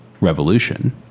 revolution